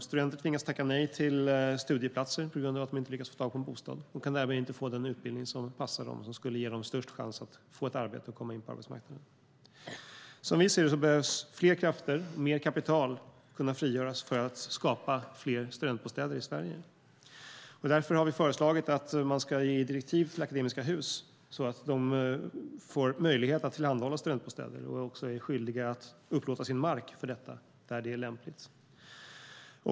Studenter tvingas tacka nej till studieplatser på grund av att de inte lyckas få tag på en bostad och kan därmed inte få den utbildning som passar dem och som skulle ge dem störst chans att få ett arbete och komma in på arbetsmarknaden. Som vi ser det behövs fler krafter och mer kapital frigöras för att skapa fler studentbostäder i Sverige. Vi har därför föreslagit att man ska ge direktiv till Akademiska Hus AB så att det får möjlighet att tillhandahålla studentbostäder och också är skyldigt att upplåta sin mark för detta där det är lämpligt.